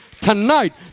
tonight